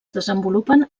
desenvolupen